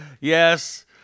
yes